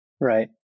right